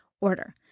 order